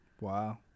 wow